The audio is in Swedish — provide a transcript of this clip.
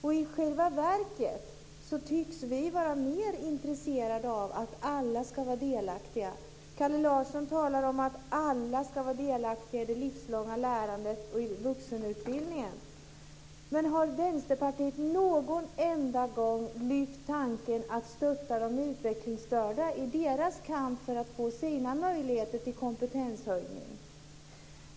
I själva verket tycks vi vara mer intresserade av att alla ska vara delaktiga. Kalle Larsson talar om att alla ska vara delaktiga i det livslånga lärandet och i vuxenutbildningen. Men har Vänsterpartiet någon enda gång lyft tanken att stötta de utvecklingsstörda i deras kamp för att få sina möjligheter till kompetenshöjning?